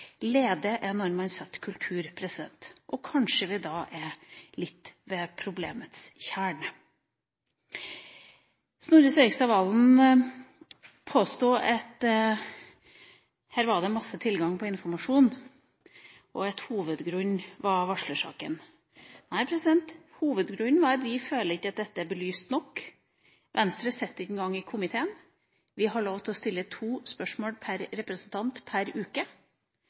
Lede er når man setter en kultur. Og kanskje vi her er ved noe av problemets kjerne. Snorre Serigstad Valen påsto at her var det masse tilgang på informasjon, og at hovedgrunnen var varslersaken. Nei, hovedgrunnen var at vi føler at dette ikke er belyst nok. Venstre sitter ikke engang i komiteen. Vi har lov til å stille to spørsmål per representant per uke,